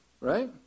right